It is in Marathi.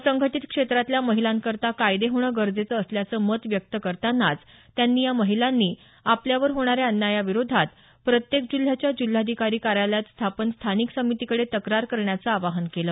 असंघटीत क्षेत्रातल्या महिलांकरीता कायदे होणं गरजेचं असल्याचं मत व्यक्त करतानाच त्यांनी या महिलांनी आपल्यावर होणाऱ्या अन्यायाविरोधात प्रत्येक जिल्ह्याच्या जिल्हाधिकारी कार्यालयात स्थापन स्थानिक समितीकडे तक्रार करण्याचं आवाहन केलं